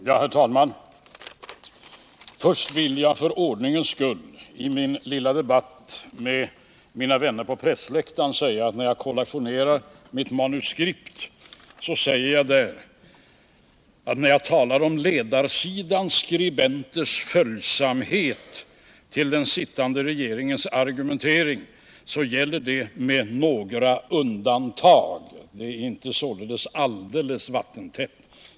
Herr talman! Först vill jag för ordningens skull i min lilla debatt med mina vänner på pressläktaren korrigera mig själv. När jag kollationerar med mitt manuskript finner jag i vad gäller ”ledarsidans skribenters följsamhet till den sittande regeringens argumentering”, som jag tidigare talade om, att detta gäller med några undantag. Det är således inte alldeles vattentätt.